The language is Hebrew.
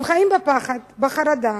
הם חיים בפחד ובחרדה.